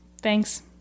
Thanks